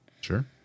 Sure